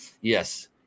yes